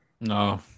No